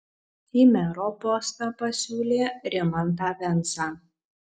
į mero postą pasiūlė rimantą vensą